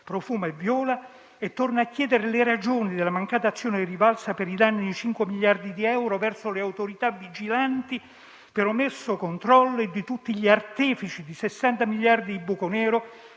Profumo e Viola e torna a chiedere le ragioni della mancata azione di rivalsa per i danni da 5 miliardi di euro verso le autorità vigilanti per omesso controllo e di tutti gli artefici dei 60 miliardi di buco nero